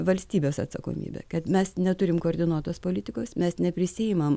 valstybės atsakomybė kad mes neturim koordinuotos politikos mes neprisiimam